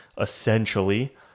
essentially